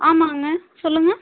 ஆமாங்க சொல்லுங்க